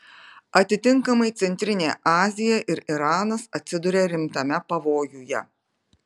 atitinkamai centrinė azija ir iranas atsiduria rimtame pavojuje